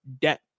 debt